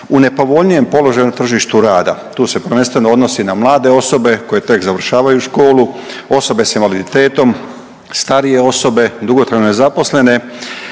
u nepovoljnijem položaju na tržištu rada. To se prvenstveno odnosi na mlade osobe koje tek završavaju školu, osobe sa invaliditetom, starije osobe, dugotrajno nezaposlene.